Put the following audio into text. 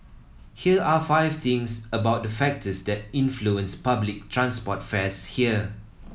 here are five things about the factors that influence public transport fares here